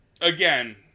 Again